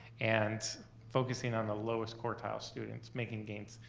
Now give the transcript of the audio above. and focusing on the lowest quartile students making gains,